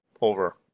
over